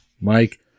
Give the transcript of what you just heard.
Mike